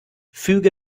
füge